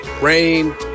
rain